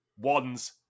ones